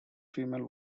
female